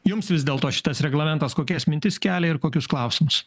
jums vis dėlto šitas reglamentas kokias mintis kelia ir kokius klausimus